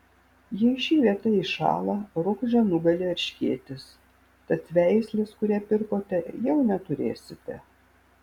jei ši vieta iššąla rožę nugali erškėtis tad veislės kurią pirkote jau neturėsite